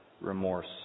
remorse